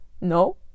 no